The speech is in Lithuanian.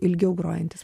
ilgiau grojantys